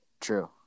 True